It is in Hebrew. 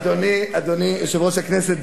אדוני יושב-ראש הכנסת,